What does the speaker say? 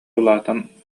улаатан